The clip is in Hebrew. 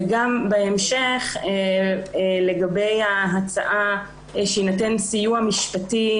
וגם בהמשך לגבי ההצעה שיינתן סיוע משפטי